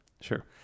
Sure